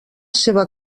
seva